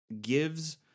gives